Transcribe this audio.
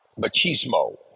machismo